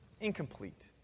incomplete